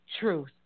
Truth